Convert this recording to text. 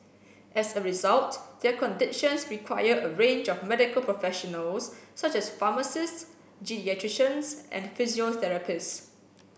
as a result their conditions require a range of medical professionals such as pharmacists geriatricians and physiotherapists